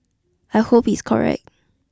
I hope he's correct